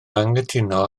anghytuno